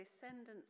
descendants